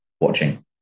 watching